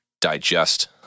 digest